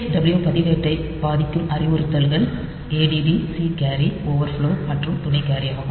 W பதிவேட்டை பாதிக்கும் அறிவுறுத்தல்கள் add C carry over flow மற்றும் துணை கேரி ஆகும்